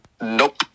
Nope